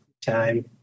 time